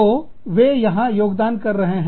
तो वे यहां योगदान कर रहे हैं